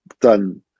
done